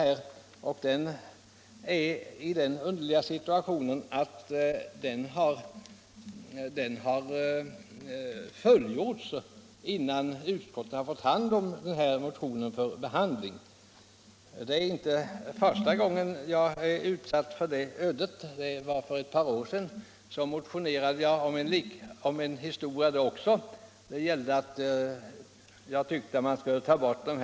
Vad beträffar den motionen föreligger det något underliga förhållandet att yrkandet har tillgodosetts innan utskottet hunnit behandla motionen. Det är inte första gången jag är utsatt för det ödet. För ett par år sedan motionerade jag om avskaffandet av 67-kortet.